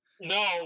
no